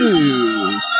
News